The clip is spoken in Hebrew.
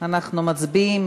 אנחנו מצביעים.